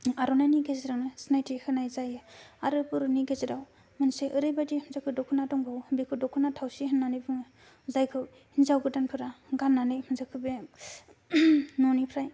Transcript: आरनायनि गेजेरजोंनो सिनायथि होनाय जायो आरो बर'नि गेजेराव मोनसे ओरैबायदि जेखौ दख'ना दङ बेखौ दख'ना थावसि होनानै बुंङो जायखौ हिनजाव गोदानफोरा गाननानै न'निफ्राय